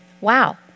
Wow